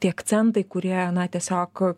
tie akcentai kurie na tiesiog